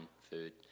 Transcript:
food